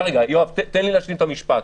יואב, תן לי להשלים את המשפט.